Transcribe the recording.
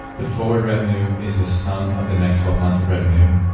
the forward revenue is the sum of the next twelve months of revenue,